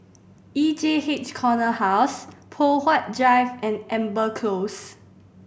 E J H Corner House Poh Huat Drive and Amber Close